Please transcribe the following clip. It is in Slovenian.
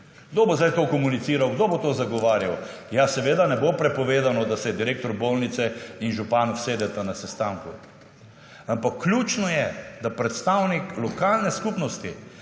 Kdo bo zdaj to komuniciral, kdo bo to zagovarjal? Ja seveda, ne bo prepovedano, da se direktor bolnice in župa usedeta na sestanku. Ampak ključno je, da predstavnik lokalne skupnosti